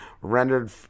rendered